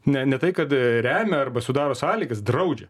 ne ne tai kad remia arba sudaro sąlygas draudžia